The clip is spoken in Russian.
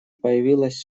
появилась